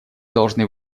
должны